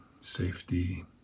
safety